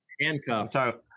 handcuffs